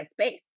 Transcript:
space